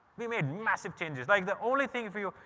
we made massive changes, like the only thing for you,